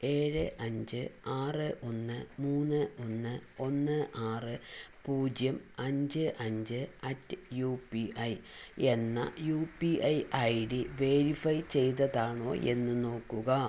ഏഴ് അഞ്ച് ആറ് ഒന്ന് മൂന്ന് ഒന്ന് ഒന്ന് ആറ് പൂജ്യം അഞ്ച് അഞ്ച് അറ്റ് യു പി ഐ എന്ന U P I I D verify ചെയ്തതാണോ എന്ന് നോക്കുക